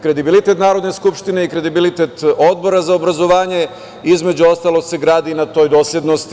Kredibilitet Narodne skupštine i kredibilitet Odbora za obrazovanje između ostalog se gradi i na toj doslednosti.